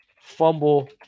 fumble